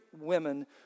women